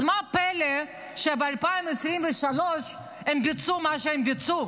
אז מה הפלא שב-2023 הם ביצעו את מה שהם ביצעו?